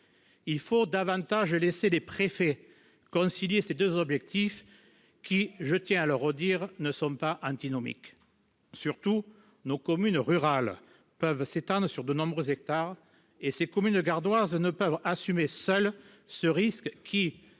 Il faut davantage laisser les préfets concilier ces deux objectifs qui, je tiens à le redire, ne sont pas antinomiques. Surtout, nos communes rurales du Gard s'étendent souvent sur de nombreux hectares ; elles ne peuvent assumer seules ce risque qui,